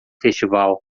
festival